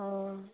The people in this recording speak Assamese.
অঁ